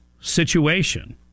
situation